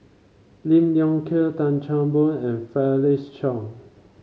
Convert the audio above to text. Lim Leong Geok Tan Chan Boon and Felix Cheong